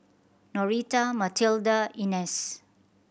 Noreta Mathilda Inez